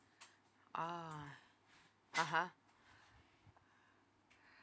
ah (uh huh)